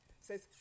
says